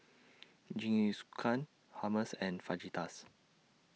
Jingisukan Hummus and Fajitas